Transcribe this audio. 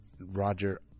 Roger